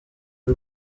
y’u